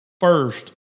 first